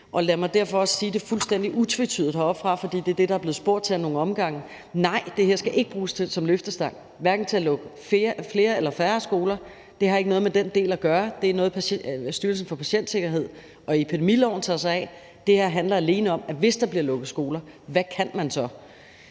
Lad mig derfor også sige det fuldstændig utvetydigt heroppefra, for det er det, der er blevet spurgt til ad nogle omgange: Nej, det her skal ikke bruges som løftestang, hverken til at lukke flere eller færre skoler. Det har ikke noget med den del at gøre. Det er noget, Styrelsen for Patientsikkerhed og epidemiloven tager sig af. Det her handler alene om, at hvis der bliver lukket skoler, hvad kan man så?